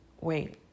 wait